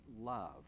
love